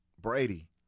Brady